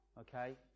Okay